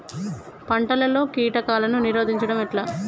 పంటలలో కీటకాలను నిరోధించడం ఎట్లా?